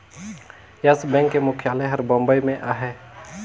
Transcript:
yes Bank के मुख्यालय हर बंबई में अहे